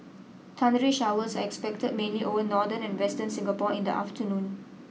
thundery showers are expected mainly over northern and western Singapore in the afternoon